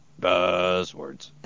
Buzzwords